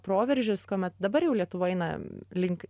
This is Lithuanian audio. proveržis kuomet dabar jau lietuvoj einam link